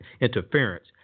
interference